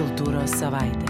kultūros savaitę